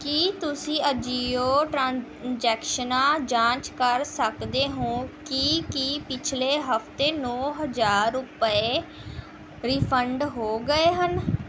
ਕੀ ਤੁਸੀਂ ਅਜੀਓ ਟ੍ਰਾਂਜ਼ੈਕਸ਼ਨਾਂ ਜਾਂਚ ਕਰ ਸਕਦੇ ਹੋ ਕਿ ਕੀ ਪਿਛਲੇ ਹਫ਼ਤੇ ਨੌ ਹਜ਼ਾਰ ਰੁਪਏ ਰਿਫੰਡ ਹੋ ਗਏ ਹਨ